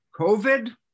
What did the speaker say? COVID